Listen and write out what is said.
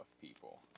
people